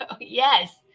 Yes